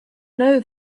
know